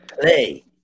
Play